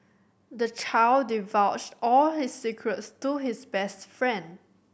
the child divulged all his secrets to his best friend